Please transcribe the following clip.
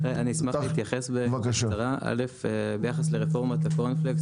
אני אשמח להתייחס בקצרה ביחס לרפורמת הקורנפלקס,